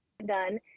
Done